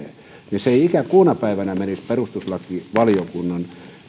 liikenteen se ei ikäkuuna päivänä menisi perustuslakivaliokunnassa